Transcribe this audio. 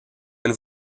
and